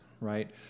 right